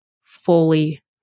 fully